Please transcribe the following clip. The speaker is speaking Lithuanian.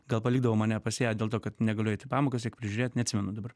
gal palikdavo mane pas ją dėl to kad negaliu eit į pamokas reik prižiūrėt neatsimenu dabar